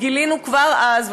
וגילינו כבר אז,